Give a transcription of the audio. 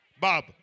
Bob